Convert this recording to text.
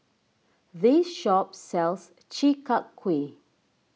this shop sells Chi Kak Kuih